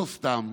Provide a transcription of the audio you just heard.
לא סתם,